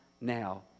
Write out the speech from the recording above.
now